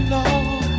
Lord